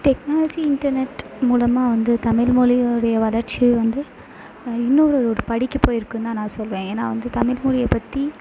technology internet மூலமாக வந்து தமிழ்மொழியோடைய வளர்ச்சி வந்து இன்னோரு ஒரு படிக்கு போயிருக்குந்தான் நான் சொல்வேன் ஏன்னா வந்து தமிழ்மொழியை பற்றி